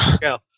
go